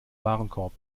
warenkorb